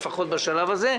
לפחות בשלב הזה,